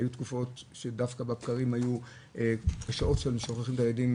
היו תקופות שדווקא בבקרים היו שעות ששוכחים את הילדים,